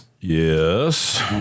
yes